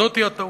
וזאת היא הטעות.